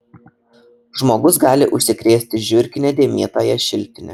žmogus gali užsikrėsti žiurkine dėmėtąja šiltine